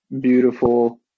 beautiful